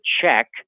check